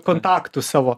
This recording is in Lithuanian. kontaktų savo